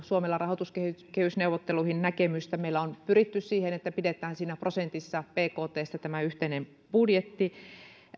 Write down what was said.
suomella rahoituskehysneuvotteluihin näkemystä meillä on pyritty siihen että pidetään prosentissa bktstä tämä yhteinen budjetti